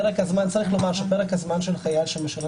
צריך לומר שפרק הזמן של חייל שמשרת